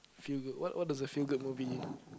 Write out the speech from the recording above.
feel good what what the feel good movie